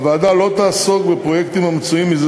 הוועדה לא תעסוק בפרויקטים המצויים מזה